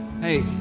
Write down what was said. hey